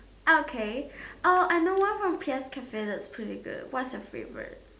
okay oh I know one from PS cafe that's pretty good what's your favourite